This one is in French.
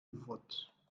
vote